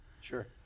Sure